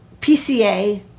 PCA